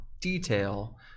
detail